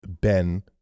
Ben